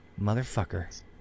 Motherfucker